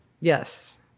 Yes